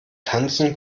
tanzen